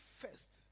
first